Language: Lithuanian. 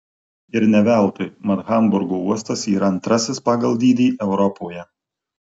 ir ne veltui mat hamburgo uostas yra antrasis pagal dydį europoje